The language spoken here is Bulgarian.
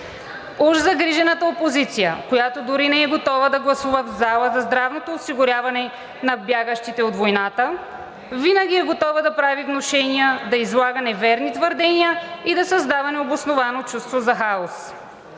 Уж загрижената опозиция, която дори не е готова да гласува в залата, за здравното осигуряване на бягащите от войната, но винаги е готова да прави внушения, да излага неверни твърдения и да създава необосновано чувство за хаос.